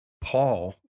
Paul